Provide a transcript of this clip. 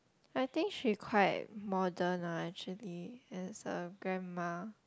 I think she quite modern lah actually as a grandma